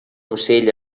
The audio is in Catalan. ocell